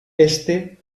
éste